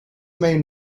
may